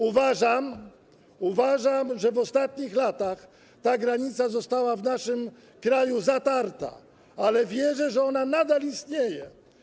Uważam, że w ostatnich latach ta granica została w naszym kraju zatarta, ale wierzę, że ona nadal istnieje.